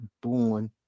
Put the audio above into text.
born